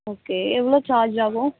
okay எவ்வளோ charge ஆகும்